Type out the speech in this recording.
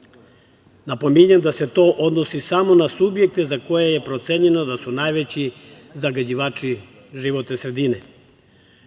sredinu. Napominjem da se to odnosi samo na subjekte za koje je procenjeno da su najveći zagađivači životne sredine.